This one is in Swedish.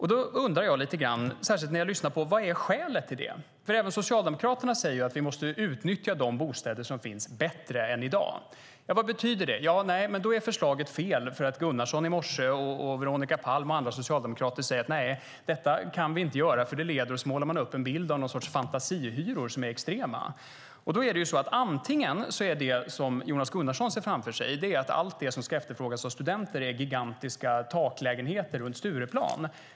Vad är skälet till det? Även Socialdemokraterna säger ju att vi måste utnyttja de bostäder som finns bättre än i dag. Vad betyder det? Ja, då är förslaget fel. Gunnarsson, Veronica Palm och andra socialdemokrater säger: Nej, detta kan vi inte göra. Man målar upp en bild av någon sorts fantasihyror som är extrema. Antagligen ser Jonas Gunnarsson framför sig att allt som efterfrågas av studenter är gigantiska taklägenheter runt Stureplan.